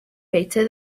better